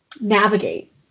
navigate